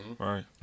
Right